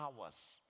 hours